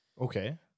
okay